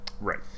Right